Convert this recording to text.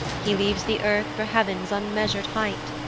he leaves the earth for heav'n's unmeasur'd height,